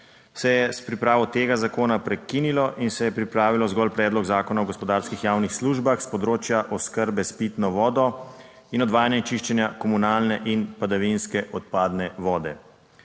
se je s pripravo tega zakona prekinilo in se je pripravilo zgolj predlog zakona o gospodarskih javnih službah s področja oskrbe s pitno vodo in odvajanja in čiščenja komunalne in padavinske odpadne vode.